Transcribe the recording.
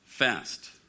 fast